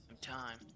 time